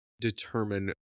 determine